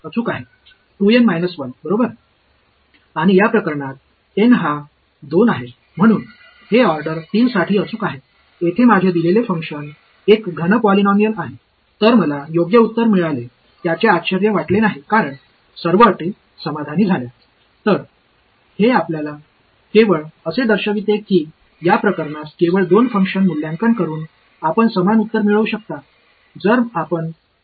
எனவே இந்த விஷயத்தில் 2 செயல்பாட்டு மதிப்பீடுகளை மட்டுமே வைத்திருப்பதன் மூலம் நீங்கள் அதே பதிலைப் பெற முடியும் என்பதை இது காட்டுகிறது அதேசமயம் நீங்கள் சற்று தவறான குவாட்ரேச்சர் விதியைப் பயன்படுத்தினால் 3 புள்ளி மதிப்பீடு கூட தவறான பதிலை உங்களுக்கு வழங்குகிறது